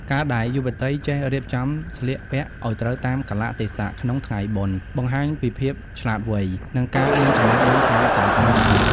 ការដែលយុវតីចេះ "រៀបចំស្លៀកពាក់ឱ្យត្រូវតាមកាលៈទេសៈ" ក្នុងថ្ងៃបុណ្យ បង្ហាញពីភាពឆ្លាតវៃ និងការមានចំណេះដឹងខាងសោភ័ណភាព។